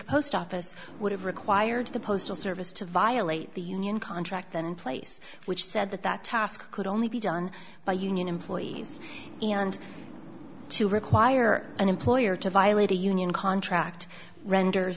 creek post office would have required the postal service to violate the union contract in place which said that that task could only be done by union employees and to require an employer to violate a union contr act render